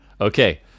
Okay